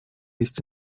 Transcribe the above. есть